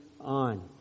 on